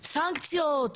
סנקציות.